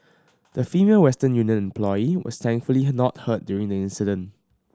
the Female Western Union employee was thankfully not hurt during the incident